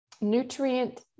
nutrient